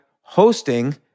hosting